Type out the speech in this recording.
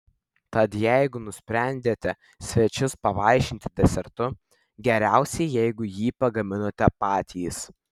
tad jeigu nusprendėte svečius pavaišinti desertu geriausia jeigu jį pagaminote patys